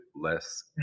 less